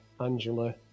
Angela